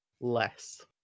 Less